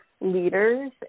leaders